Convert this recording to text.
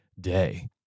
day